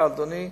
אדוני,